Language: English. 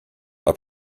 are